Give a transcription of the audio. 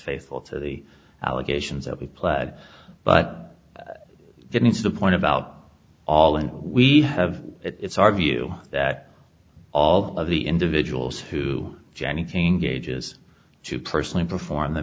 faithful to the allegations that we play but getting to the point about all and we have it's argue that all of the individuals who jenny king gauges to personally perform the